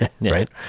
right